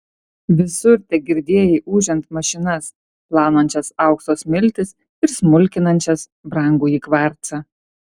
visur tegirdėjai ūžiant mašinas plaunančias aukso smiltis ir smulkinančias brangųjį kvarcą